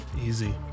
Easy